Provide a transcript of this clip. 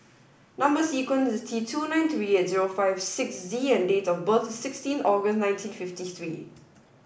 number sequence is T two nine three eight zero five six Z and date of birth is sixteen August nineteen fifty three